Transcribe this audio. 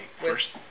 first